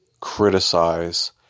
criticize